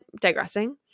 digressing